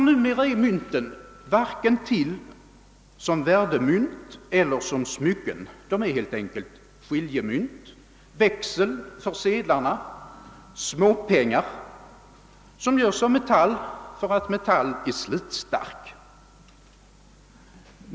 :: Numera är mynten varken värdemynt eller smycken; de är helt enkelt skiljemynt, växel för sedlarna, småpengar som göres av metall därför att' nietall är slitstark.